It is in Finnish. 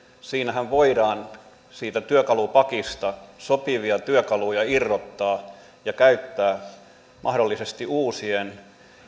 siinähän voidaan siitä työkalupakista sopivia työkaluja irrottaa ja käyttää mahdollisesti uusien